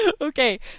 Okay